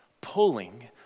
pulling